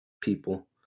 people